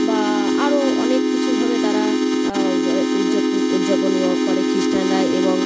বা আরও অনেক কিছুভাবে তারা উদযাপন করে খ্রিষ্টানরা এবং